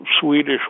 Swedish